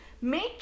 make